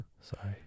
Sorry